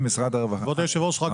כבוד היושב ראש,